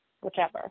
whichever